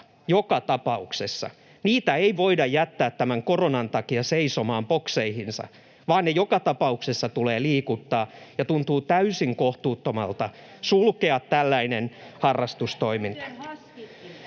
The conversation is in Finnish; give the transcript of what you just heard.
Meri: Aivan!] Niitä ei voida jättää tämän koronan takia seisomaan bokseihinsa, vaan niitä joka tapauksessa tulee liikuttaa, [Sari Sarkomaan välihuuto] ja tuntuu täysi kohtuuttomalta sulkea tällainen harrastustoiminta.